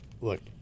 Look